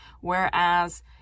whereas